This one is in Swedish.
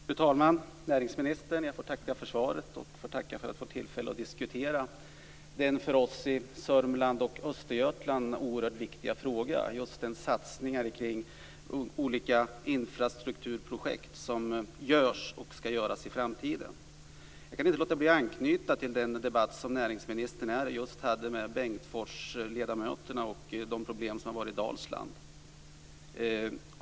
Fru talman! Näringsministern! Jag får tacka för svaret och även tacka för att jag får tillfälle att diskutera denna för oss i Sörmland och Östergötland oerhört viktiga fråga om satsningar på olika infrastrukturprojekt som görs och skall göras i framtiden. Jag kan inte låta bli att anknyta till den debatt som näringsministern just hade med Bengtsforsledamöterna om de problem som har varit i Dalsland.